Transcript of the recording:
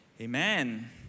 amen